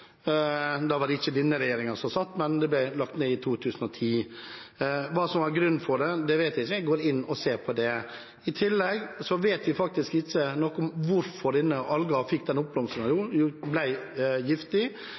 Da var det ikke denne regjeringen som satt, men det ble lagt ned i 2010. Hva som var grunnen til det, vet jeg ikke; jeg går inn og ser på det. I tillegg vet vi faktisk ikke nok om hvorfor denne algen fikk denne oppblomstringen og ble giftig.